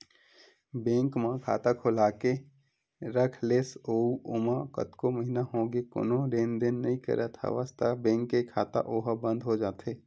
bank म खाता खोलाके के रख लेस अउ ओमा कतको महिना होगे कोनो लेन देन नइ करत हवस त बेंक के खाता ओहा बंद हो जाथे